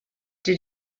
did